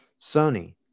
Sony